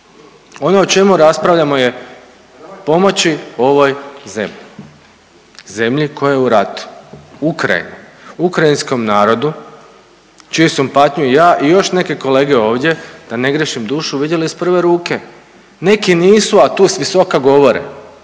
Ono o čemu raspravljamo je pomoći ovoj zemlji. Zemlji koja je u ratu, Ukrajini, ukrajinskom narodu čije sam patnje ja i još neke kolege ovdje da ne griješim dušu vidjeli iz prve ruke. Neki nisu, a tu s visoka govore.